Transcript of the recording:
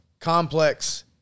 complex